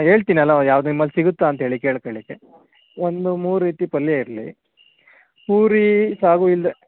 ಹೇಳ್ತಿನಿ ಎಲ್ಲ ಯಾವ್ದು ನಿಮ್ಮಲ್ಲಿ ಸಿಗುತ್ತಾ ಅಂತೇಳಿ ಕೇಳ್ಕಳ್ಲಿಕ್ಕೆ ಒಂದು ಮೂರು ರೀತಿ ಪಲ್ಯ ಇರಲಿ ಪೂರಿ ಸಾಗು ಇಲ್ಲದೆ